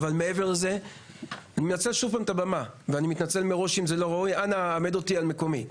אני מתנצל מראש אם זה לא ראוי אנא העמד אותי על מקומי,